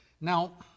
Now